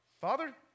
Father